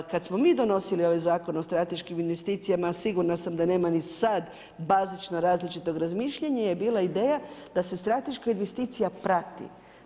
Kad smo mi donosili ovaj Zakon o strateškim investicijama, sigurna sam da nema ni sad bazično različitog razmišljanja, je bila ideja da se strateška investicija prati.